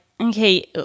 okay